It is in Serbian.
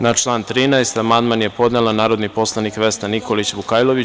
Na član 13. amandman je podnela narodni poslanik Vesna Nikolić Vukajlović.